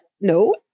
No